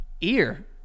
Ear